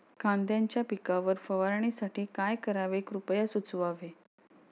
कांद्यांच्या पिकावर फवारणीसाठी काय करावे कृपया सुचवावे